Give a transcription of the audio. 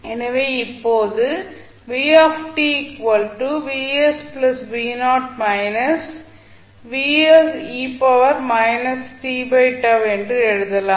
எனவே இப்போது என்று எழுதலாம்